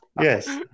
Yes